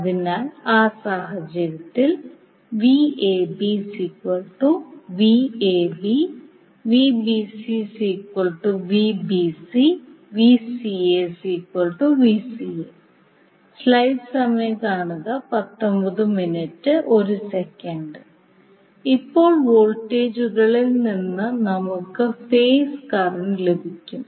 അതിനാൽ ആ സാഹചര്യത്തിൽ ഇപ്പോൾ വോൾട്ടേജുകളിൽ നിന്ന് നമുക്ക് ഫേസ് കറണ്ട് ലഭിക്കും